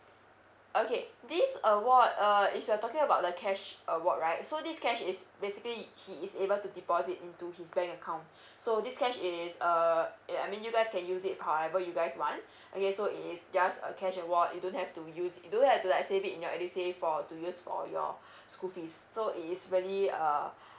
okay this award uh if you're talking about the cash award right so this cash is basically he is able to deposit into his bank account so this cash is uh I mean you guys can use it however you guys want okay so it is just a cash award you don't have to use it you don't have to save it in your edusave for to use for your school fees so is really uh